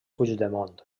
puigdemont